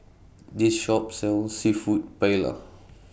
This Shop sells Seafood Paella